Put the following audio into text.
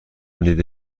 دیده